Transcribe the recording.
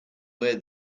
where